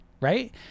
right